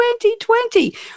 2020